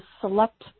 select